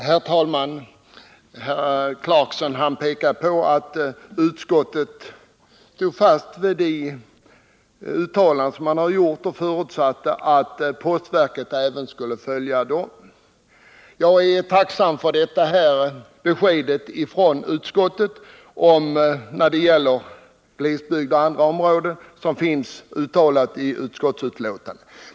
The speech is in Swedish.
Herr talman! Rolf Clarkson sade att utskottet står fast vid sina uttalanden och förutsatte att postverket skulle följa dem. Jag är tacksam för de uttalanden som utskottet har gjort om glesbygd och liknande områden.